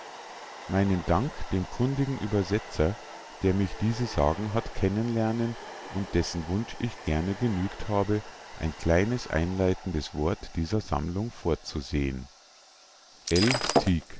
meinen dank dem kundigen übersetzer der mich diese sagen hat kennen lernen und dessen wunsch ich gern genügt habe ein kleines einleitendes wort dieser sammlung vorzusehen